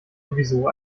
sowieso